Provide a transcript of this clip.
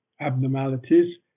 abnormalities